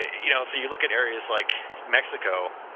you know if you look at areas like mexico.